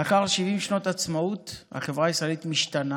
לאחר 70 שנות עצמאות החברה הישראלית משתנה,